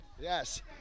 Yes